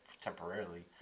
temporarily